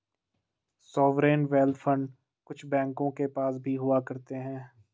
sovereign wealth fund कुछ बैंकों के पास भी हुआ करते हैं